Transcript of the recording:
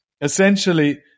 essentially